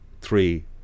three